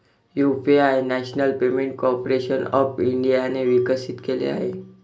UPI national payment corporation of इंडियाने विकसित केले आहे